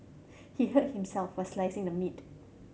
he hurt himself while slicing the meat